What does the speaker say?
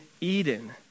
Eden